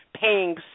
paying